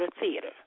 theater